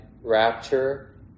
rapture